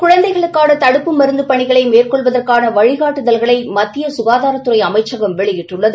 குழந்தைசளுக்கான தடுப்பு மருந்து பணிகளை மேற்கொள்வதற்கான வழிகாட்டுதல்களை மத்திய சுகாதாரத்துறை அமைச்சகம் வெளியிட்டுள்ளது